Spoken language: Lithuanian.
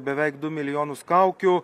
beveik du milijonus kaukių